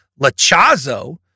Lachazo